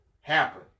happen